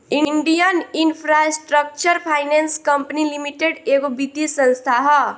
Indian infrastructure finance company limited एगो वित्तीय संस्था ह